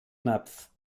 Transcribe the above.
napf